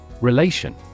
Relation